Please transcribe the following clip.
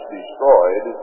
destroyed